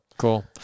Cool